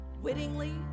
wittingly